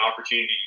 opportunity